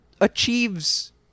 achieves